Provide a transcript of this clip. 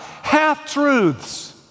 Half-truths